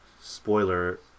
Spoiler